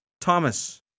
Thomas